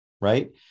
right